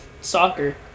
soccer